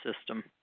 system